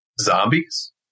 Zombies